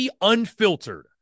Unfiltered